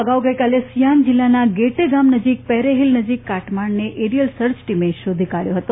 અગાઉ ગઇકાલે સિયાંગ જિલ્લાના ગેટે ગામ નજીક પેરે હિલ નજીક કાટમાળને એરેયલ સર્ચ ટીમે શોધી કાઢ્યો હતો